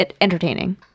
entertaining